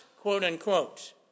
quote-unquote